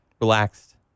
relaxed